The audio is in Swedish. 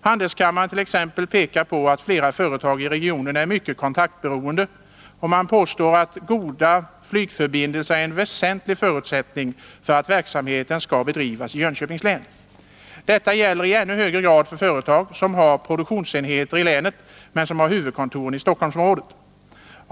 Handelskammaren t.ex. pekar på att flera företag i regionen är mycket kontaktberoende, och man hävdar att goda flygförbindelser är en väsentlig förutsättning för att verksamheten skall kunna bedrivas i Jönköpings län. Detta gäller i ännu högre grad för företag som har produktionsenheter i länet men har huvudkontor i Stockholmsområdet.